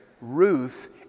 Ruth